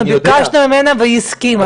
אנחנו ביקשנו ממנה והיא הסכימה,